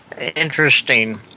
Interesting